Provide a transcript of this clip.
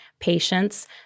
Patients